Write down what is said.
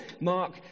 Mark